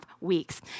weeks